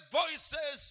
voices